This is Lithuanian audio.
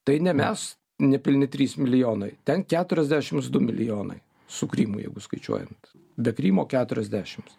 tai ne mes nepilni trys milijonai ten keturiasdešimts du milijonai su krymu jeigu skaičiuojant be krymo keturiasdešimts